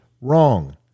wrong